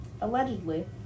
Allegedly